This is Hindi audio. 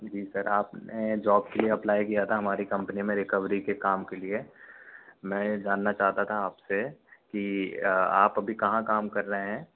जी सर आप ने जॉब के लिए अप्लाई किया था हमारी कंपनी में रिकवरी के काम के लिए मैं जानना चाहता था आप से कि आप अभी कहाँ काम कर रहे हैं